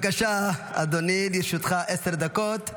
בבקשה, אדוני, לרשותך עשר דקות.